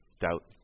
doubt